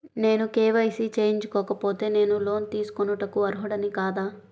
నేను కే.వై.సి చేయించుకోకపోతే నేను లోన్ తీసుకొనుటకు అర్హుడని కాదా?